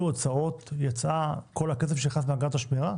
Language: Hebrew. הוצאות יצא כל הכסף שנכנס מאגרת השמירה?